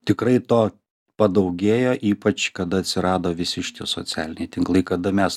tikrai to padaugėjo ypač kada atsirado visi šitie socialiniai tinklai kada mes